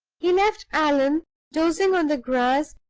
he left allan dozing on the grass,